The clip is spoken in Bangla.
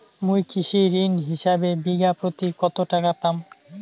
মুই কৃষি ঋণ হিসাবে বিঘা প্রতি কতো টাকা পাম?